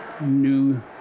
new